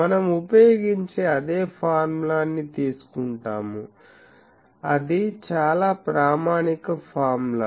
మనం ఉపయోగించే అదే ఫార్ములాని తీసుకుంటాము అది చాలాప్రామాణిక ఫార్ములా